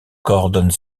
coordonnent